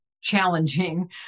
challenging